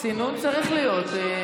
צינון צריך להיות.